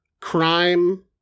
crime